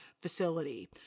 facility